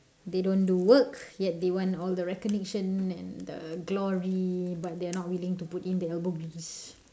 they don't do work yet they want all the recognition and the glory but they are not willing to put in the elbow grease